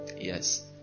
yes